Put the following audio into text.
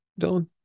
Dylan